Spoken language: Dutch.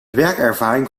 werkervaring